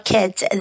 Kids